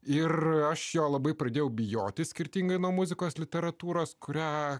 ir aš jo labai pradėjau bijoti skirtingai nuo muzikos literatūros kurią